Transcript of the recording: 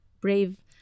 brave